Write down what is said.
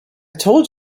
told